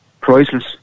priceless